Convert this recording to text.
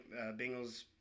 Bengals